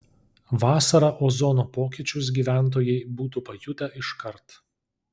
vasarą ozono pokyčius gyventojai būtų pajutę iškart